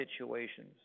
situations